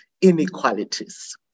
inequalities